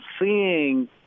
seeing